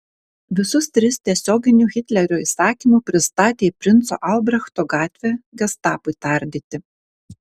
visus tris tiesioginiu hitlerio įsakymu pristatė į princo albrechto gatvę gestapui tardyti